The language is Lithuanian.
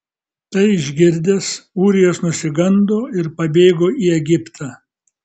tai išgirdęs ūrijas nusigando ir pabėgo į egiptą